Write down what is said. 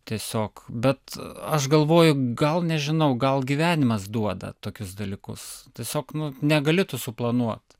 tiesiog bet aš galvoju gal nežinau gal gyvenimas duoda tokius dalykus tiesiog nu negali tu suplanuot